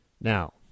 now